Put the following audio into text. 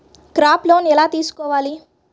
Crop loan ఎలా తీసుకోవాలి?